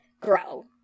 grow